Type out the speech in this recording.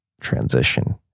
transition